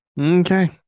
Okay